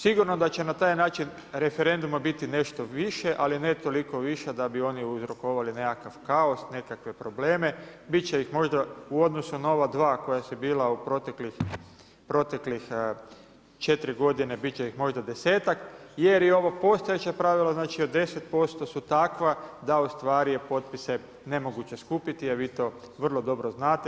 Sigurno da će na taj način referenduma biti nešto više ali ne toliko više da bi oni uzrokovali nekakav kaos, nekakve probleme, biti će ih možda u odnosu na ova dva koja su bila u proteklih 4 godine, biti će ih možda 10-ak jer je ovo postojeće pravilo znači od 10% su takva da ustvari potpise je nemoguće skupiti a vi to vrlo dobro znate.